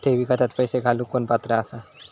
ठेवी खात्यात पैसे घालूक कोण पात्र आसा?